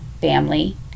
family